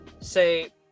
say